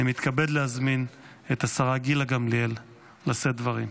אני מתכבד להזמין את השרה גילה גמליאל לשאת דברים.